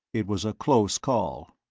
it was a close call.